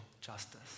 justice